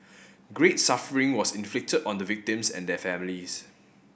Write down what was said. great suffering was inflicted on the victims and their families